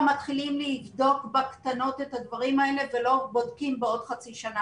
מתחילים לבדוק בקטנות את הדברים האלה ולא בודקים בעוד חצי שנה?